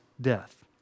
death